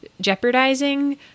jeopardizing